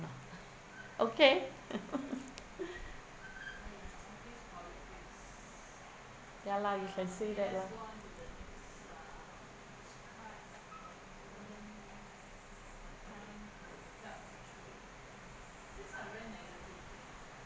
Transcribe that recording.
okay ya lah you can say that lah